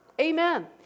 Amen